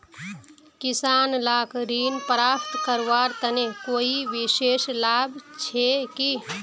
किसान लाक ऋण प्राप्त करवार तने कोई विशेष लाभ छे कि?